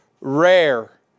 rare